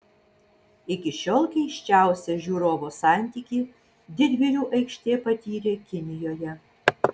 iki šiol keisčiausią žiūrovo santykį didvyrių aikštė patyrė kinijoje